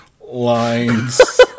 lines